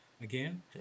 Again